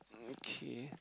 okay